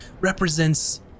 represents